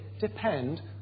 depend